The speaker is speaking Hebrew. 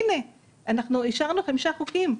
הנה, אישרנו חמישה חוקים.